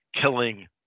killing